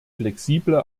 flexible